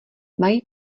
mají